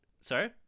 Sorry